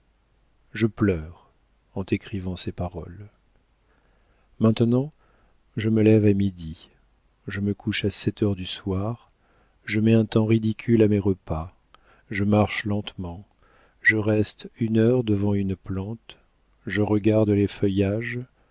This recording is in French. je pleure en t'écrivant ces paroles maintenant je me lève à midi je me couche à sept heures du soir je mets un temps ridicule à mes repas je marche lentement je reste une heure devant une plante je regarde les feuillages